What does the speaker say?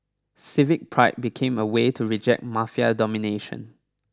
civic pride became a way to reject Mafia domination